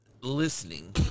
listening